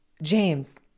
James